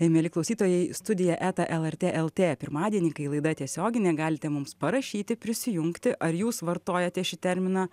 mieli klausytojai studija eta lrt lt pirmadienį kai laida tiesioginė galite mums parašyti prisijungti ar jūs vartojate šį terminą